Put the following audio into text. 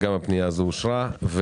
הפנייה אושרה.